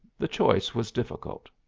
the choice was difficult.